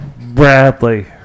Bradley